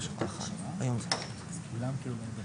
הכושר --- אז הם כבר מחויבים להביא